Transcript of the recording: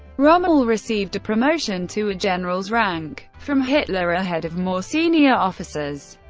rommel received a promotion to a general's rank from hitler ahead of more senior officers.